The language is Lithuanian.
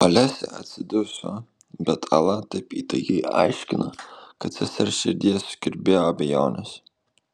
olesia atsiduso bet ala taip įtaigiai aiškino kad sesers širdyje sukirbėjo abejonės